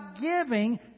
giving